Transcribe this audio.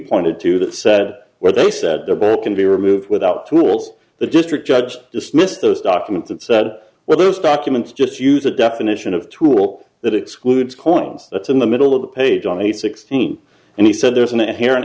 pointed to that said where they said there can be removed without tools the district judge dismissed those documents and said well those documents just use a definition of tool that excludes coins that's in the middle of the page on any sixteen and he said there's an inher